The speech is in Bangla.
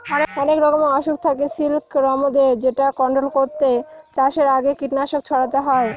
অনেক রকমের অসুখ থাকে সিল্কবরমদের যেটা কন্ট্রোল করতে চাষের আগে কীটনাশক ছড়াতে হয়